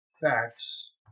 facts